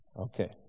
Okay